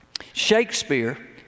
Shakespeare